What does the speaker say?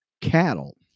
cattle